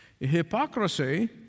Hypocrisy